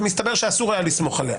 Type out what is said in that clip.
ומסתבר שאסור היה לסמוך עליה.